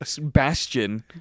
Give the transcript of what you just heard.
bastion